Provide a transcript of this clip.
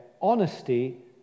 honesty